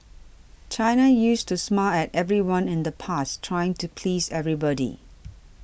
China used to smile at everyone in the past trying to please everybody